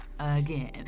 again